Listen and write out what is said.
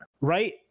right